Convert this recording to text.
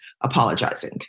apologizing